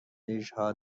دژها